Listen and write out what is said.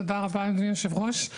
תודה רבה, אדוני היו"ר.